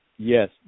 Yes